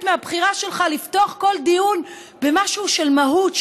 מהבחירה שלך לפתוח כל דיון במשהו של מהות,